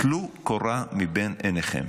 טלו קורה מבין עיניכם.